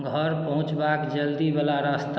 घर पहुँचबाक जल्दीवला रास्ता